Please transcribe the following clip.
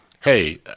Hey